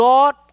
God